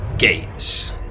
Gates